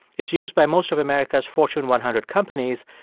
it's used by most of america's fortune one hundred companies.